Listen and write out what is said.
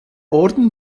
orden